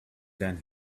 than